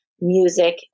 Music